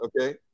Okay